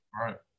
Right